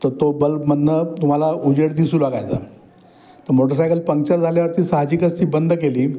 त तो बल्बमधून तुम्हाला उजेड दिसू लागायचा त मोटरसायकल पंक्चर झाल्यावरती सहाजिकच ती बंद केली